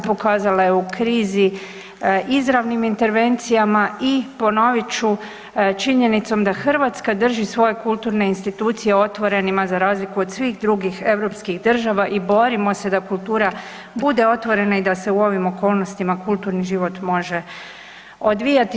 Pokazala je u krizi izravnim intervencijama i ponovit ću, činjenicom da Hrvatska drži svoje kulturne institucije otvorenima za razliku od svih drugih europskih država i borimo se da kultura bude otvorena i da se u ovim okolnostima kulturni život može odvijati.